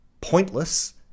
pointless